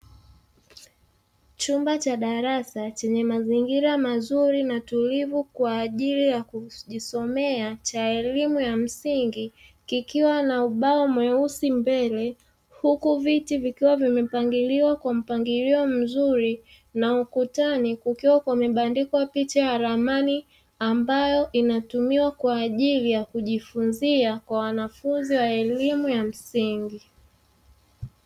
Chumba cha darasa chenye mazingira mazuri na tulivu kwa ajili ya kujisomea cha elimu ya msingi kikiwa na ubao mweusi mbele, huku viti vikiwa vimepangiliwa kwa mpangilio mzuri na ukutani kukiwa kumebandikwa picha ya ramani ambayo inatumiwa kwa ajili ya kujifunzia kwa wanafunzi wa elimu ya msingi.